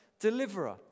deliverer